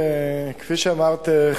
כפי שאמרת,